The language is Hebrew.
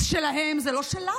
זה שלהן, זה לא שלנו.